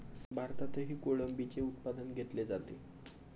भारतातही कोळंबीचे उत्पादन घेतले जाते